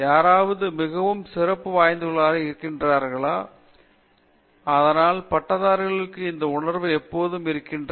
யாராவது மிகவும் சிறப்பு வாய்ந்தவர்களாக இருக்கிறார்கள் அதனால் பட்டதாரிகளுக்குள் இந்த உணர்வு எப்போதும் இருக்கிறது